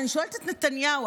אני שואלת את נתניהו,